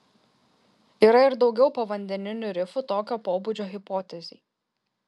yra ir daugiau povandeninių rifų tokio pobūdžio hipotezei